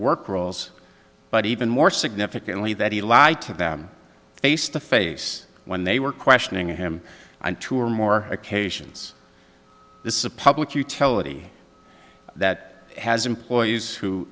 work rules but even more significantly that he lied to them face to face when they were questioning him and two or more occasions this is a public utility that has employees who